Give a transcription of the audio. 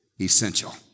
essential